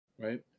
right